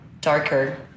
darker